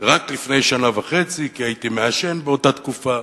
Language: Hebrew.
רק לפני שנה וחצי, כי הייתי מעשן באותה תקופה,